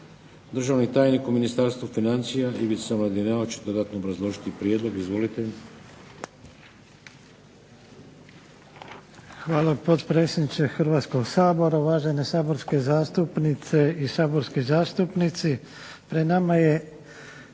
Državni tajnik u Ministarstvu financija Ivica Mladineo će dodatno predložiti prijedlog. Izvolite. **Mladineo, Ivica** Hvala potpredsjedniče Hrvatskog sabora, uvažene saborske zastupnice i saborski zastupnici.